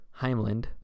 Heimland